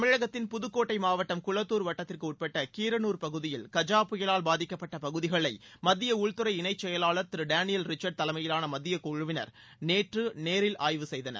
தமிழகத்தின் புதுக்கோட்டை மாவட்டம் குளத்தூர் வட்டத்திற்கு உட்பட்ட கீரனூர் பகுதியில் கஜா புயலால் பாதிக்கப்பட்ட பகுதிகளை மத்திய உள்துறை இணைச் செயலாளர் திரு டேனியல் ரிச்சர்ட் தலைமையிலான மத்தியக் குழுவினர் நேற்று நேரில் ஆய்வு செய்தனர்